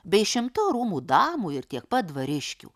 bei šimto rūmų damų ir tiek pat dvariškių